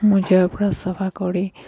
মজিয়াৰপৰা চফা কৰি